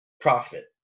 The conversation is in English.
profit